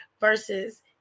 versus